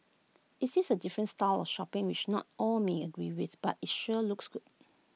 IT is A different style of shopping which not all may agree with but IT sure looks good